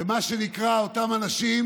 באותם אנשים